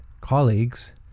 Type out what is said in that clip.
colleagues